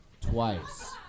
twice